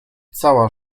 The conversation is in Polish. cała